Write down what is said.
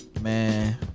Man